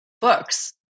books